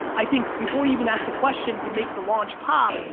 i think before even ask the question to make the launch pop,